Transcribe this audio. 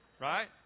Right